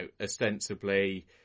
ostensibly